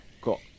Cool